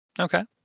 Okay